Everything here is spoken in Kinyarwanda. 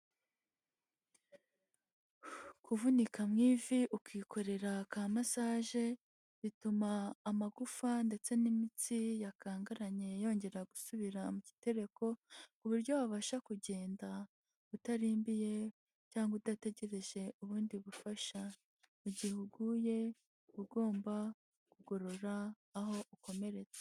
Kuvunika mu ivi ukikorera ka masaje bituma amagufa ndetse n'imitsi yakangaranye yongera gusubira mu gitereko, ku buryo wabasha kugenda utarimbiye cyangwa udategereje ubundi bufasha. Mu gihe uguye uba ugomba kugorora aho ukomeretse.